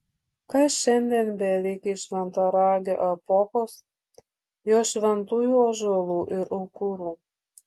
kas šiandien belikę iš šventaragio epochos jos šventųjų ąžuolų ir aukurų